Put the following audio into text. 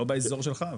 לא באזור שלך אבל.